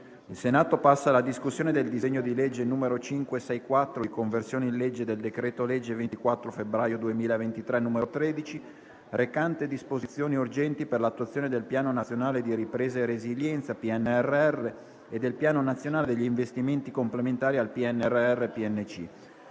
Il Senato, in sede di esame del disegno di legge di conversione in del decreto-legge 24 febbraio 2023, n. 13, recante "Disposizioni urgenti per l'attuazione del Piano nazionale di ripresa e resilienza (PNRR) e del Piano nazionale degli investimenti complementari al PNRR (PNC),